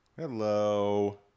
Hello